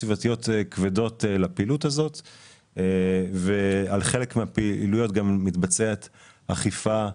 על חלק מהפעילויות מתבצעת אכיפה מינהלית,